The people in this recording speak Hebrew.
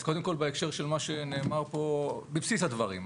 אז קודם כל בהקשר של מה שנאמר פה, בבסיס הדברים.